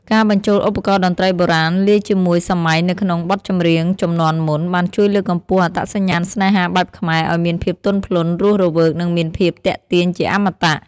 ការបញ្ចូលឧបករណ៍តន្ត្រីបុរាណលាយជាមួយសម័យនៅក្នុងបទចម្រៀងជំនាន់មុន បានជួយលើកកម្ពស់អត្តសញ្ញាណស្នេហាបែបខ្មែរឱ្យមានភាពទន់ភ្លន់ រស់រវើក និងមានភាពទាក់ទាញជាអមតៈ។